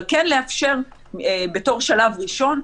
אבל כן לאפשר בתור שלב ראשון,